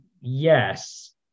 yes